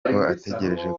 ategereza